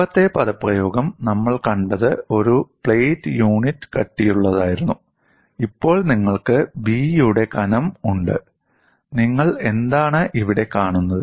മുമ്പത്തെ പദപ്രയോഗം നമ്മൾ കണ്ടത് ഒരു പ്ലേറ്റ് യൂണിറ്റ് കട്ടിയുള്ളതായിരുന്നു ഇപ്പോൾ നിങ്ങൾക്ക് B യുടെ കനം ഉണ്ട് നിങ്ങൾ എന്താണ് ഇവിടെ കാണുന്നത്